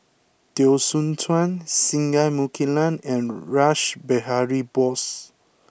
Teo Soon Chuan Singai Mukilan and Rash Behari Bose